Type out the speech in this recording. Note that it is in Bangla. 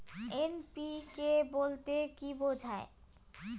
এন.পি.কে বলতে কী বোঝায়?